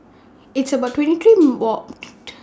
It's about twenty